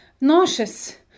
nauseous